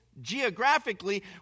geographically